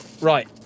right